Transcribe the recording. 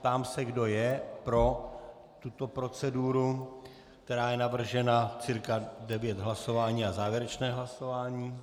Ptám se, kdo je pro tuto proceduru, která je navržena cca devět hlasování a závěrečné hlasování.